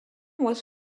was